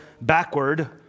backward